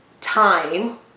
time